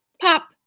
Pop